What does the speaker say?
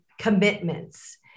commitments